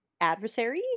adversary